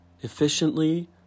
efficiently